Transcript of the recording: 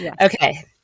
Okay